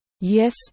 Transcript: Yes